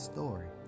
Story